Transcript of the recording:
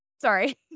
Sorry